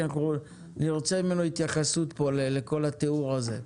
כי אנחנו נרצה ממנו התייחסות לכל התיאור הזה.